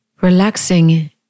Relaxing